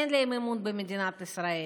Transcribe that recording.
אין להם אמון במדינת ישראל.